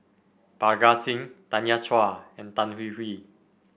Parga Singh Tanya Chua and Tan Hwee Hwee